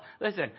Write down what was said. Listen